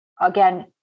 again